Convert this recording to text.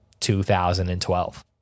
2012